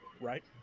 right